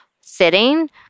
sitting